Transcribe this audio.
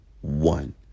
one